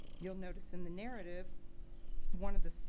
you'll notice in the narrative one of the